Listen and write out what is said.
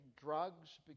drugs